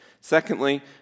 Secondly